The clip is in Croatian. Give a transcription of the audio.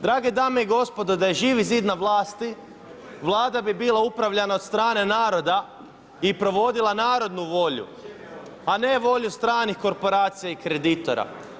Drage dame i gospodo, da je Živi zid na vlasti Vlada bi bila upravljana od strane naroda i provodila narodnu volju, a ne volju stranih korporacija i kreditora.